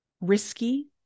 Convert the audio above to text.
risky